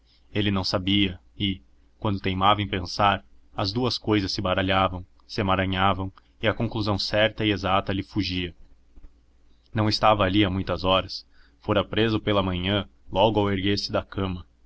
ele não sabia e quando teimava em pensar as duas cousas se baralhavam se emaranhavam e a conclusão certa e exata lhe fugia não estava ali há muitas horas fora preso pela manhã logo ao erguer-se da cama